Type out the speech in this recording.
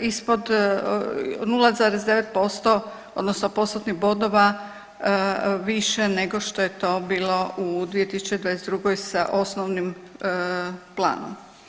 ispod 0,9% odnosno postotnih bodova više nego što je to bilo u 2022. sa osnovnim planom.